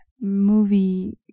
movie